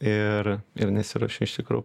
ir ir nesiruošiu iš tikrųjų